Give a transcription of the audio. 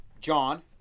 John